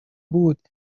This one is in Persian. بود